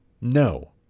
No